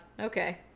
Okay